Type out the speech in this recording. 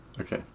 okay